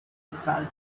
fell